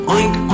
Oink